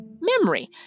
memory